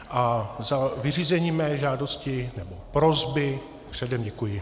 A za vyřízení mé žádosti nebo prosby předem děkuji.